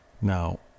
Now